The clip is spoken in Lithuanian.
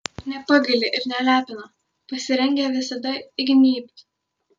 nepagaili ir nelepina pasirengę visada įgnybt